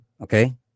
Okay